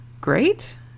great